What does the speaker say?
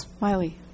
Miley